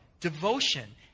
Devotion